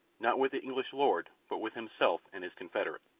not with the english lord, but with himself and his confederate.